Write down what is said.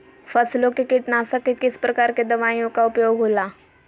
फसलों के कीटनाशक के किस प्रकार के दवाइयों का उपयोग हो ला?